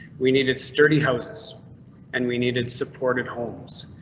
we needed sturdy houses and we needed supported homes.